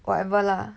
whatever lah